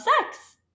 sex